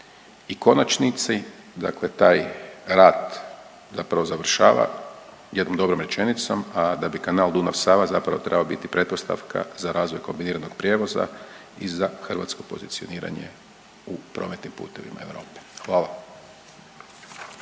u konačnici, dakle taj rad zapravo završava jednom dobrom rečenicom, a da bi Kanal Dunav-Sava zapravo trebao biti pretpostavka za razvoj kombiniranog prijevoza i za hrvatsko pozicioniranje u prometnim putevima Europe. Hvala.